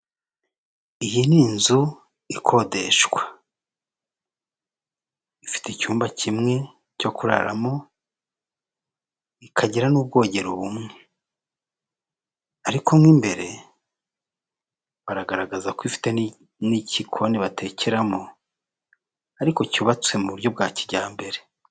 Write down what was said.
Abagore bane batatu muri bo bambaye amakanzu undi umwe yambaye ikositimu y'abagore bifotoreje hagati y'amadarako abiri rimwe ririmo ikirango cy'igihugu irindi rifite amabara yubahiriza igihugu ubururu, umuhondo, icyatsi ririmo n'izuba n'ifoto y'umukuru w'igihugu cy'u Rwanda perezida Paul Kagame.